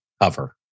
cover